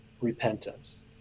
repentance